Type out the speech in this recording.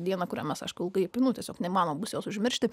dieną kurią mes aišku ilgai pinu tiesiog neįmanoma bus jos užmiršti